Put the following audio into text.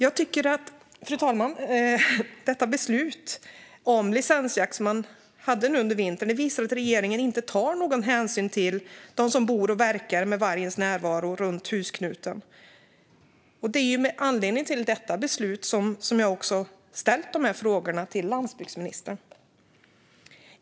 Jag tycker att det beslut om licensjakt som fattades under vintern visar att regeringen inte tar någon hänsyn till dem som bor och verkar med vargens närvaro runt husknuten. Det är med anledning av beslutet som jag har ställt mina frågor till landsbygdsministern.